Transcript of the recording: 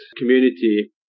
community